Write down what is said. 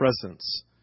presence